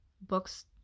books